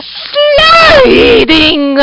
sliding